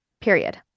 period